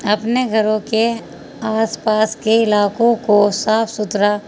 اپنے گھروں کے آس پاس کے علاقوں کو صاف ستھرا